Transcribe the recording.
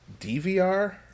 DVR